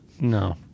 no